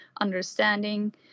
understanding